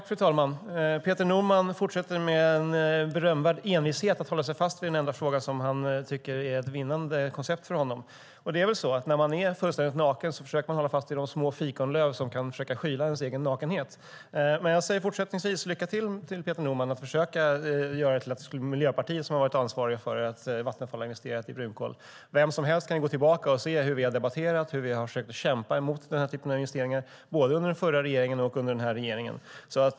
Fru talman! Peter Norman fortsätter med berömvärd envishet att hålla sig fast vid den enda fråga som han tycker är ett vinnande koncept. När man är fullständigt naken försöker man väl hålla fast vid de små fikonlöv som kan skyla ens egen nakenhet. Jag säger fortsättningsvis lycka till, Peter Norman, med att försöka få det till att det skulle vara Miljöpartiet som har varit ansvariga för att Vattenfall har investerat i brunkol. Vem som helst kan gå tillbaka och se hur vi har debatterat och hur vi har försökt kämpa emot denna typ av investeringar både under den förra och den här regeringen.